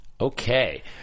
Okay